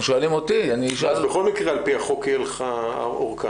ואז בכל מקרה, על פי החוק, תהיה ארכה.